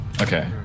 Okay